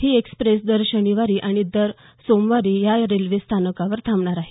ही express दर शनिवारी आणि दर सोमवारी या रेल्वे स्थानकावर थांबणार आहे